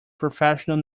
professional